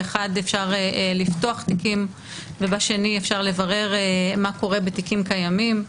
באחד אפשר לפתוח תיקים ובשני אפשר לברר מה קורה בתיקים קיימים.